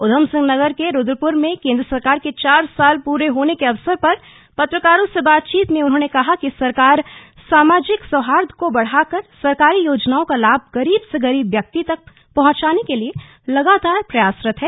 उधमसिंह नगर के रूद्रपुर में केंद्र सरकार के चार साल पूरे होने के अवसर पर पत्रकारों से बातचीत में उन्होंने कहा कि सरकार समाजिक सौहार्द को बढ़ाकर सरकारी योजनाओं का लाभ गरीब से गरीब व्यक्ति तक पहंचाने के लिए लगातार प्रयासरत है